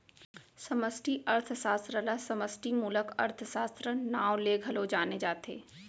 समस्टि अर्थसास्त्र ल समस्टि मूलक अर्थसास्त्र, नांव ले घलौ जाने जाथे